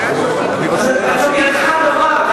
הלוא בידך הדבר.